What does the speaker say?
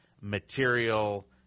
material